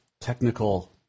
technical